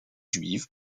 juive